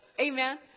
Amen